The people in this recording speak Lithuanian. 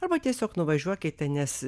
arba tiesiog nuvažiuokite nes